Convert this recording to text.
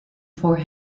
for